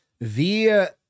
via